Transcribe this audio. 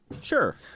Sure